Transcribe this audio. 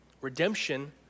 redemption